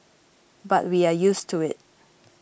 but we are used to it